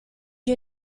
you